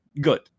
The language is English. good